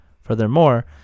Furthermore